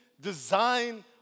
design